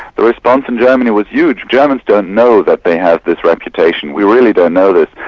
the response in germany was huge. germans don't know that they have this reputation. we really don't know this.